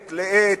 פעם, מעת לעת,